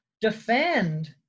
defend